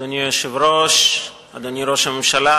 אדוני היושב-ראש, אדוני ראש הממשלה,